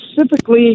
Specifically